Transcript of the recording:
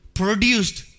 produced